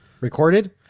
Recorded